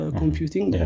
computing